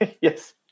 Yes